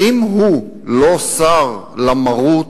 האם הוא לא סר למרות?